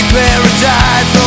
paradise